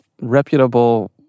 reputable